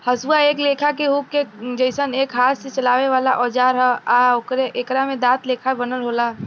हसुआ एक लेखा के हुक के जइसन एक हाथ से चलावे वाला औजार ह आ एकरा में दांत लेखा बनल होला